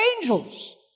angels